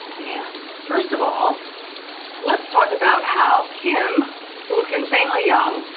and first of all let's talk about how kim, who looks insanely young,